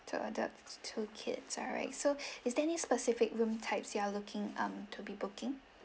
two adults two kids alright so is there any specific room types you are looking um to be booking